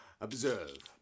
Observe